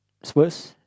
suppose